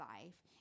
life